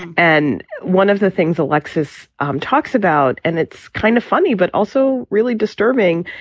and one of the things alexis um talks about, and it's kind of funny, but also really disturbing,